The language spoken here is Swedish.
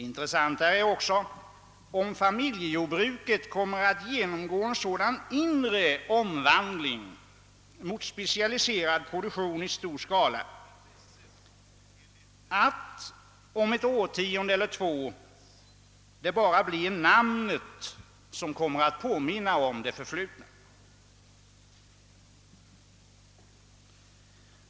Intressantare är också om familjejordbruket kommer att genomgå en sådan inre omvandling mot specialiserad produktion i stor skala att det om ett årtionde eller två bara blir namnet som kommer att påminna om det förflutna.